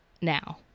now